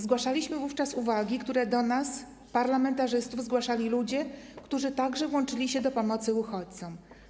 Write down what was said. Zgłaszaliśmy wówczas uwagi, które do nas, parlamentarzystów, zgłaszali ludzie, którzy także włączyli się w pomoc uchodźcom.